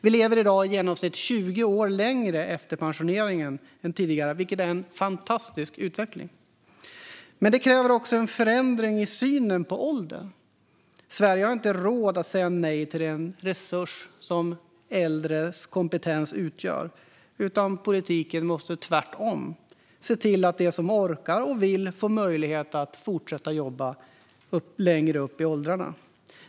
Vi lever i dag i genomsnitt 20 år längre efter pensioneringen än tidigare, vilket är en fantastisk utveckling. Men det kräver också en förändring i synen på ålder. Sverige har inte råd att säga nej till den resurs som de äldres kompetens utgör, utan politiken måste tvärtom se till att de som orkar och vill får möjlighet att fortsätta jobba längre upp i åldrarna.